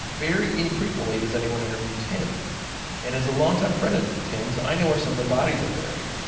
very infrequently does anyone interview tim and as a longtime friend of tim's i know where some of the bodies are buried.